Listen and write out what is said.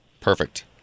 Perfect